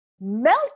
melt